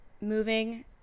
moving